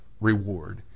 reward